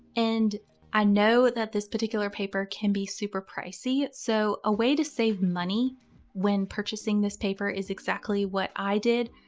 and i know that this particular paper can be super pricey. so a way to save money when purchasing this paper is exactly what i did.